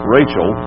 Rachel